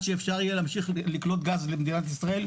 שאפשר יהיה להמשיך לקלוט גז במדינת ישראל,